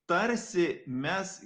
tarsi mes